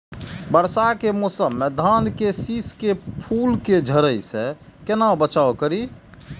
वर्षा के मौसम में धान के शिश के फुल के झड़े से केना बचाव करी?